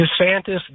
Desantis